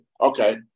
Okay